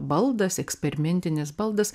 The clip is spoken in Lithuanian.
baldas eksperimentinis baldas